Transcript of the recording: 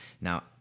Now